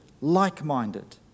like-minded